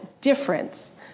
difference